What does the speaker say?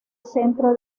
centro